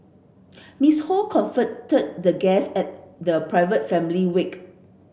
Miss Ho comforted the guests at the private family wake